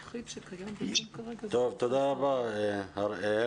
(היו"ר ווליד טאהא) תודה רבה ד"ר הראל.